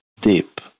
deep